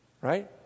right